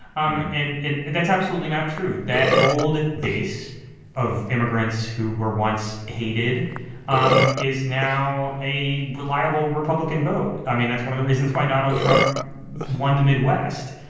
um and and and that's absolutely not true. that old base of immigrants who were once hated um is now a reliable republican vote. i mean, that's one of the reasons why donald trump won the midwest.